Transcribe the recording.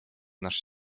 nasz